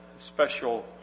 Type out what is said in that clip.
Special